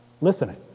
listening